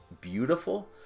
beautiful